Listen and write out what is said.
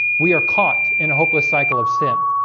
we are caught in a hopeless cycle of sin